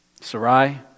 sarai